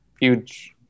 huge